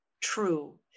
true